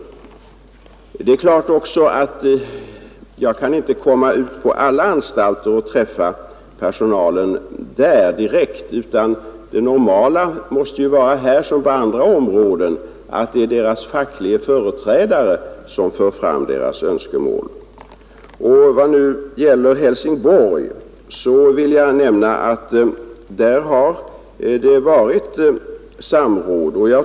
Samtidigt är det ju klart att jag inte kan komma ut på alla anstalter och där direkt träffa personalen, utan det normala måste här som på alla andra områden vara att de fackliga företrädarna för fram önskemålen. Vad gäller Helsingborg vill jag nämna att vi där haft samråd.